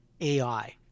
AI